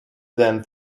than